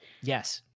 Yes